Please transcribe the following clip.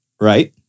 Right